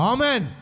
Amen